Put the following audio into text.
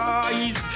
eyes